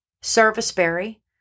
serviceberry